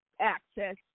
access